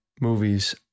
movies